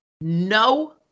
no